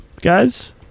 guys